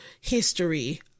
history